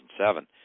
2007